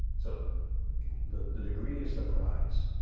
so the the degree is the prize.